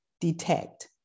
detect